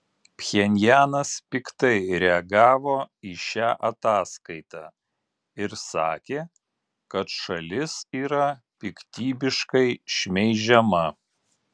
pchenjanas piktai reagavo į šią ataskaitą ir sakė kad šalis yra piktybiškai šmeižiama